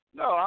no